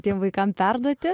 tiem vaikam perduoti